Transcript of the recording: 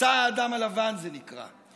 "משא האדם הלבן" זה נקרא.